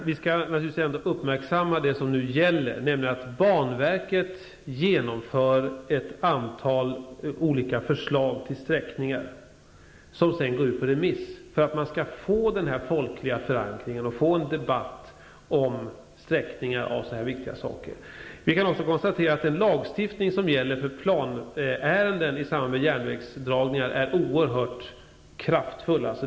Fru talman! Vi bör uppmärksamma det som nu ändå gäller, nämligen att banverket tar fram ett antal olika förslag till sträckningar som sedan går ut på remiss för att man skall få denna folkliga förankring och en debatt om sträckningen och dessa viktiga frågor. Vi kan också konstatera att den lagstiftning som gäller för planärenden är oerhört kraftfull.